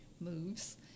moves